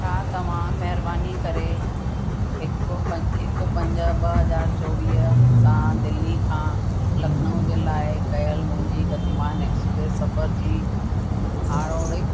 छा तव्हां महिरबानी करे हिकु पं हिकु पंज ॿ हज़ार चोवीह सां दिल्ली खां लखनऊ जे लाइ कयलु मुंहिंजी गतिमान एक्सप्रेस सफ़र जी हाणोकि